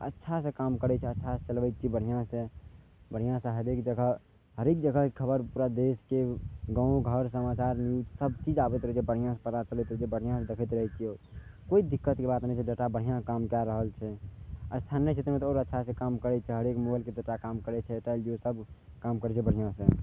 अच्छा से काम करै छै अच्छा से चलबै छियै बढ़िआँ से बढ़िआँ से हरेक जगह हरेक जगहके खबर पूरा देशके गाँवो घर समाचार न्यूज सभचीज आबैत रहै छै बढ़िआँ से पता चलैत रहै छै बढ़िआँ से देखैत रहै छै आओर कोइ दिक्कतके बात नहि छै डाटा बढ़िआँ काम कए रहल छै स्थान नहि छै तऽ ओहिमे तऽ आओर अच्छा से काम करै छै हरेक मोबाइल के डेटा काम करे छै एतऽ सभ काम करै छै बढ़िआँ से